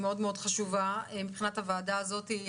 מאוד מאוד חשובה מבחינת הוועדה הזאתי,